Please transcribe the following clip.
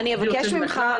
אני אבקש ממך,